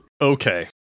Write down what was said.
Okay